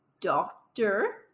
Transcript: doctor